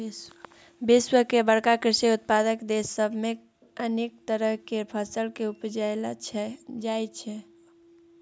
विश्व के बड़का कृषि उत्पादक देस सब मे अनेक तरह केर फसल केँ उपजाएल जाइ छै